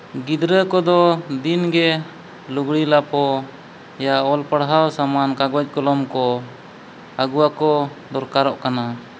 ᱜᱤᱫᱽᱨᱟᱹ ᱠᱚᱫᱚ ᱫᱤᱱᱜᱮ ᱞᱩᱜᱽᱲᱤᱼᱞᱟᱯᱳ ᱮᱭᱟ ᱚᱞ ᱯᱟᱦᱟᱲ ᱥᱟᱢᱟᱱ ᱠᱟᱜᱚᱡᱽ ᱠᱚᱞᱚᱢ ᱠᱚ ᱟᱹᱜᱩ ᱟᱠᱚ ᱫᱚᱨᱠᱟᱨᱚᱜ ᱠᱟᱱᱟ